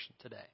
today